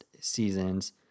seasons